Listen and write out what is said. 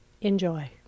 enjoy